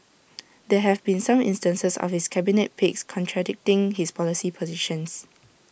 there have been some instances of his cabinet picks contradicting his policy positions